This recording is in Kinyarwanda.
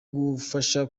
kudufasha